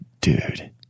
dude